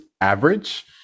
average